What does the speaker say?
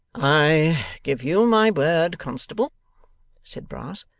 i give you my word, constable said brass.